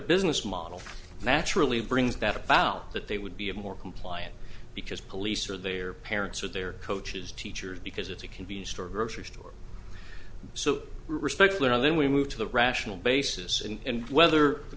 business model naturally brings that about that they would be a more compliant because police are their parents or their coaches teachers because it's a convenience store grocery store so respectfully and then we move to the rational basis and whether the